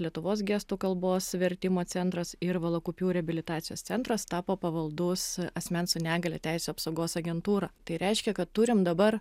lietuvos gestų kalbos vertimo centras ir valakupių reabilitacijos centras tapo pavaldus asmens su negalia teisių apsaugos agentūra tai reiškia kad turim dabar